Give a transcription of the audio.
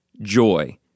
joy